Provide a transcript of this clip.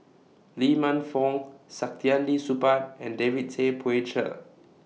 Lee Man Fong Saktiandi Supaat and David Tay Poey Cher